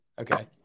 Okay